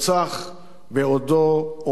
בעודו עומד במשמרת.